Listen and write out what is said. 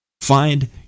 Find